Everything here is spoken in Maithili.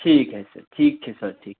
ठीक अछि ठीक छै सर ठीक छै